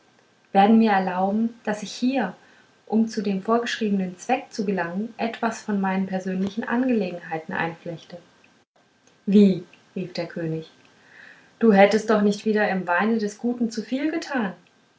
werden mir erlauben daß ich hier um zu dem vorgeschriebenen zweck zu gelangen etwas von meinen persönlichen angelegenheiten einflechte wie rief der könig du hättest doch nicht wieder im weine des guten zuviel getan